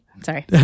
Sorry